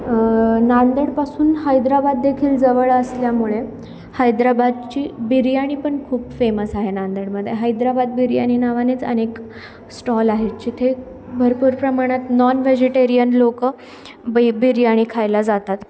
नांदेडपासून हैद्रबाददेखील जवळ असल्यामुळे हैद्रबादची बिर्याणी पण खूप फेमस आहे नांदडमध्ये हैद्राबाद बिर्याणी नावानेच अनेक स्टॉल आहेत जिथे भरपूर प्रमाणात नॉन व्हेजिटेरियन लोक ब बिर्याणी खायला जातात